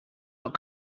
not